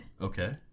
Okay